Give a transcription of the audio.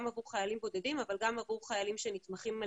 גם עבור חיילים בודדים אבל גם עבור חיילים שנתמכים על